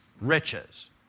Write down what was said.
Riches